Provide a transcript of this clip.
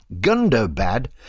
Gundobad